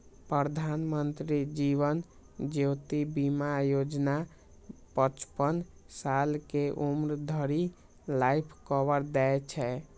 प्रधानमंत्री जीवन ज्योति बीमा योजना पचपन साल के उम्र धरि लाइफ कवर दै छै